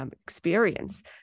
experience